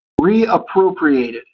Reappropriated